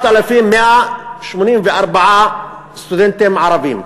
9,184 סטודנטים ערבים.